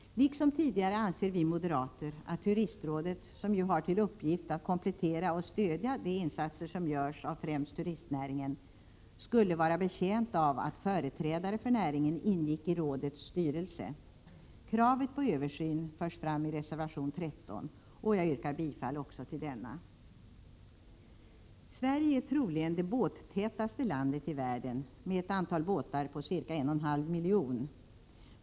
Liksom tidigare anser vi moderater att Turistrådet, som ju har till uppgift att komplettera och stödja de insatser som görs av främst turistnäringen, skulle vara betjänt av att företrädare för näringen ingick i rådets styrelse. Kravet på översyn förs fram i reservation 13, och jag yrkar bifall också till denna. Sverige är troligen det båttätaste landet i världen, med cirka en och en halv miljon båtar.